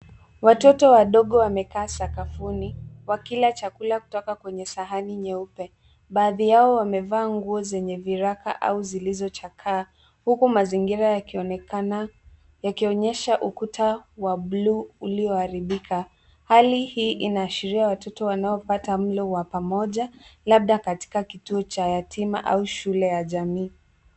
Watoto wadogo wamekaa sakafuni, wakila chakula kutoka kwenye sahani nyeupe. Baadhi yao wamevaa nguo zenye viraka au zilizo chakaa ,huku mazingira yakionekana, yakionyesha ukuta wa blue ulioharibika. Hali hii inaashiria watoto wanaopata mlo wa pamoja, labda katika kituo cha yatima au shule ya jamii.